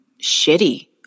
shitty